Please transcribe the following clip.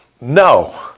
No